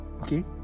okay